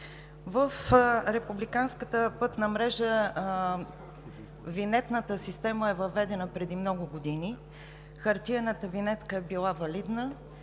В републиканската пътна мрежа винетната система е въведена преди много години. Хартиената винетка е била валидна